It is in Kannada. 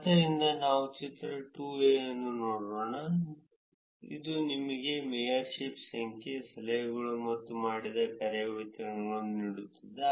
ಆದ್ದರಿಂದ ನಾವು ಚಿತ್ರ 2ಎ ಅನ್ನು ನೋಡೋಣ ಇದು ನಿಮಗೆ ಮೇಯರ್ಶಿಪ್ಗಳ ಸಂಖ್ಯೆ ಸಲಹೆಗಳು ಮತ್ತು ಮಾಡಿದ ಕಾರ್ಯಗಳ ವಿತರಣೆಯನ್ನು ನೀಡುತ್ತದೆ